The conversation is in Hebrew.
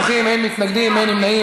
13 תומכים, אין מתנגדים, אין נמנעים.